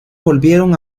volvieron